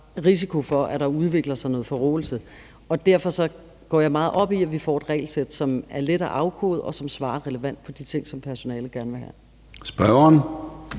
risiko for, at der udvikler sig noget forråelse. Derfor går jeg meget op i, at vi får et regelsæt, som er let at afkode, og som giver relevante svar på de ting, som personalet gerne vil have svar